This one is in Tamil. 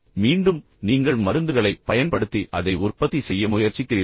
எனவே மீண்டும் நீங்கள் மருந்துகளைப் பயன்படுத்தி அதை உற்பத்தி செய்ய முயற்சிக்கிறீர்கள்